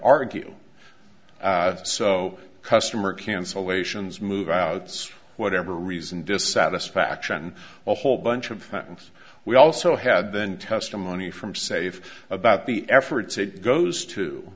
argue so customer cancellations move outs whatever reason dissatisfaction a whole bunch of things we also had then testimony from safe about the efforts it goes to